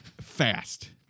fast